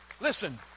Listen